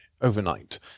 overnight